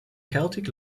celtic